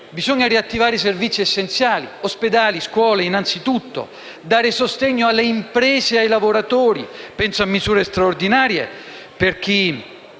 Bisogna riattivare i servizi essenziali, gli ospedali e le scuole innanzitutto e dare sostegno alle imprese e ai lavoratori: penso a misure straordinarie per chi